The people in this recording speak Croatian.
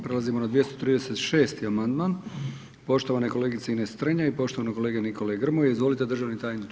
Prelazimo na 236. amandman poštovane kolegice Ines Strenja i poštovanog kolege Nikole Grmoje, izvolite državni tajniče.